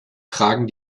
tragen